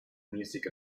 music